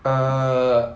err